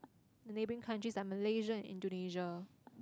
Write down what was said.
the neighbouring countries like Malaysia and Indonesia